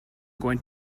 going